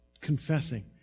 confessing